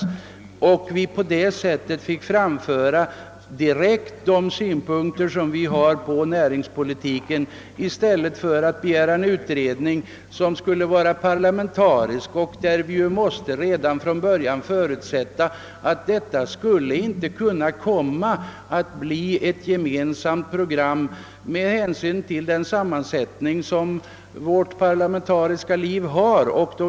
På det sättet skulle vi få tillfälle att direkt framföra våra synpunkter på näringspolitiken i stället för att göra det i en utredning som skulle vara parlamentarisk. I en sådan utredning måste vi ju redan från början med hänsyn till det parlamentariska läget förutsätta, att resultatet inte skulle kunna komma att bli ett gemensamt program.